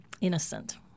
innocent